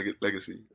legacy